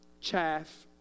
chaff